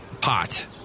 pot